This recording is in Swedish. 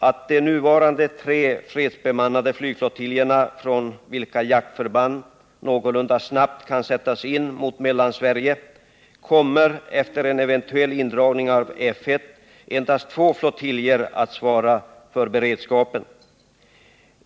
Av de nuvarande tre fredsbemannade flygflottiljerna, från vilka jaktförband någorlunda snabbt kan sättas in mot Mellansverige, kommer efter en eventuell indragning av F 1 endast två flottiljer att svara för beredskapen.